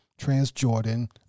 Transjordan